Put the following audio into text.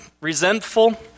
resentful